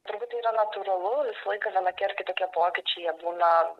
turbūt tai yra natūralu laiką vienokie ar kitokie pokyčiai jie būna